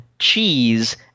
cheese